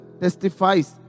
testifies